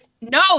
No